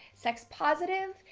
sex positive,